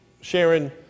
Sharon